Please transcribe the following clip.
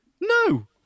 No